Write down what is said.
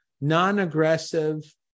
non-aggressive